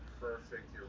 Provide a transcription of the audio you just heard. perfect